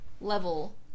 level